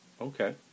Okay